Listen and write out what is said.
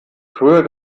früher